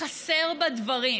חסרים בה דברים.